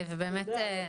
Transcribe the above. באמת,